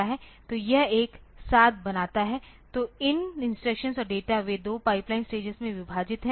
तो यह एक 7 बनाता है तो इन इंस्ट्रक्शन और डेटा वे 2 पाइपलाइन स्टेजेस में विभाजित हैं